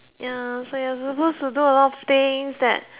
ya so you are supposed to do a lot of things that